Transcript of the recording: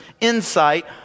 insight